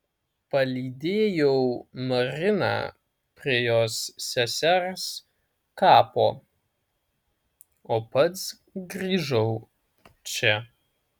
palydėjau mariną prie jos sesers kapo o pats grįžau čia